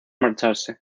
marcharse